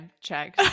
check